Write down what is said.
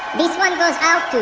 this one goes out